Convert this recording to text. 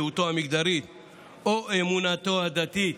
זהותו המגדרית או אמונתו הדתית